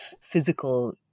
physical